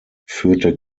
führte